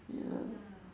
ya